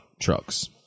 trucks